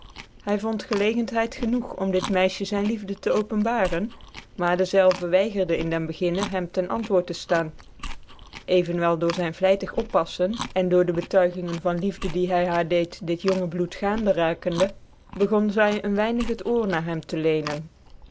hy vond gclegcnthcid genoeg om dit meisje zyn iiefde te openbaren maar dezelve weigerde in den beginne hem ten antwoord te ftaan evenwel door zyn vlytig oppaflen en door dc betuigingen van liefde die hy haar deed dit jonge bloed gaande raakendc bcbegon zy een weinig het oor na hem te lecnen